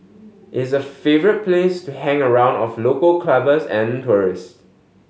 is a favourite place to hang around of local clubbers and tourists